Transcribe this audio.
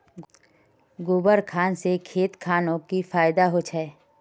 गोबर खान से खेत खानोक की फायदा होछै?